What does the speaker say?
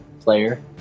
player